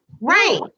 Right